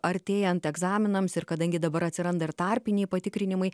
artėjant egzaminams ir kadangi dabar atsiranda ir tarpiniai patikrinimai